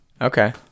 Okay